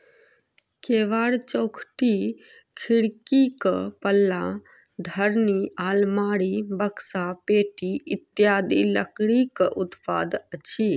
केबाड़, चौखटि, खिड़कीक पल्ला, धरनि, आलमारी, बकसा, पेटी इत्यादि लकड़ीक उत्पाद अछि